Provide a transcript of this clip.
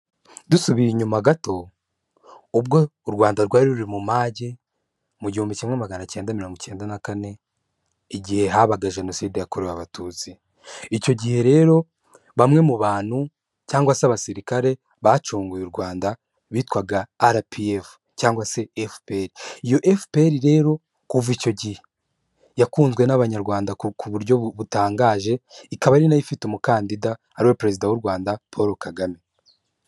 Dusubiye inyuma gato ubwo u Rwanda rwari ruri mu mage, mu gihumbi kimwe magana icyenda mirongo icyenda na kane, igihe habaga jenoside yakorewe abatutsi, icyo gihe rero bamwe mu bantu cyangwa se abasirikare bacunguye u Rwanda bitwaga RPF cyangwa se FPR, iyo FPR rero kuva icyo gihe yakunzwe n'Abanyarwanda ku buryo butangaje, ikaba ari na yo ifite umukandida ari we Perezida w'u Rwanda Paul Kagame.